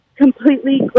completely